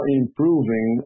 improving